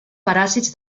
paràsits